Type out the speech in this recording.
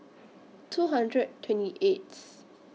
two hundred twenty eighth